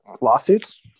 lawsuits